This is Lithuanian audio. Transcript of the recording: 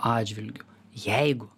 atžvilgiu jeigu